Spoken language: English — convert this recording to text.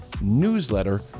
newsletter